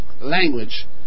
language